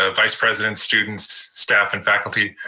ah vice-president, students, staff, and faculty,